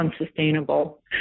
unsustainable